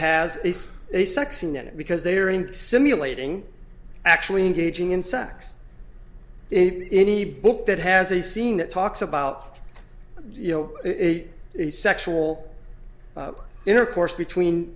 has a sex scene in it because they are in simulating actually engaging in sex it any book that has a scene that talks about you know a sexual intercourse between